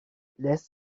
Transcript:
lässt